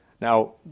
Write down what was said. Now